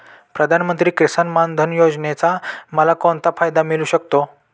प्रधानमंत्री किसान मान धन योजनेचा मला कोणता फायदा मिळू शकतो?